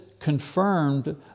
confirmed